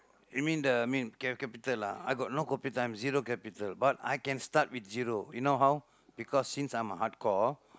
you mean the you mean cap~ capital ah I got no capital I am zero capital but I can start with zero you know how because since I'm a hardcore